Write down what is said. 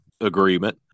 agreement